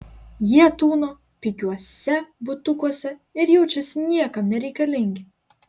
jie tūno pigiuose butukuose ir jaučiasi niekam nereikalingi